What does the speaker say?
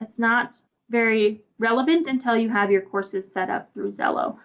it's not very relevant until you have your courses set up through xello.